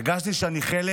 הרגשתי שאני חלק